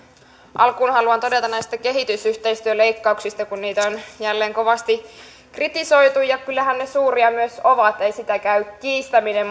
alkuun haluan todeta näistä kehitysyhteistyöleikkauksista kun niitä on jälleen kovasti kritisoitu ja kyllähän ne suuria myös ovat ei sitä käy kiistäminen